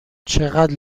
چقدر